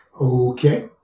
Okay